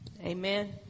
Amen